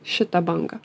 šitą bangą